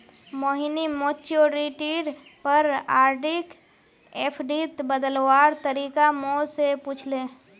मोहिनी मैच्योरिटीर पर आरडीक एफ़डीत बदलवार तरीका मो से पूछले